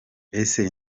ese